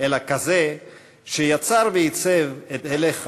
אלא כזה שיצר ועיצב את הלך הרוח.